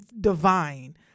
divine